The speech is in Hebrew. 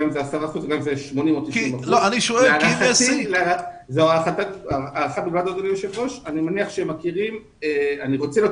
אני מניח שהן מכירות ואני רוצה להיות